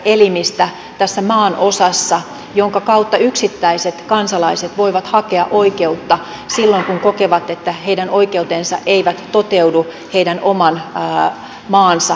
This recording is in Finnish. se on tässä maanosassa yksi tärkeimmistä elimistä jonka kautta yksittäiset kansalaiset voivat hakea oikeutta silloin kun kokevat että heidän oikeutensa eivät toteudu heidän oman maansa sisällä